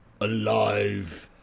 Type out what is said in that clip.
Alive